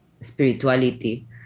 spirituality